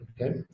okay